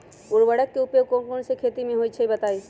उर्वरक के उपयोग कौन कौन खेती मे होई छई बताई?